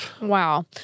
Wow